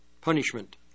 punishment